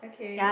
okay